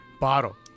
bottle